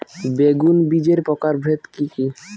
বেগুন বীজের প্রকারভেদ কি কী?